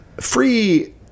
free